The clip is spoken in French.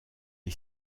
est